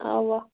اوا